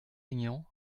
aignan